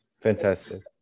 Fantastic